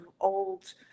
old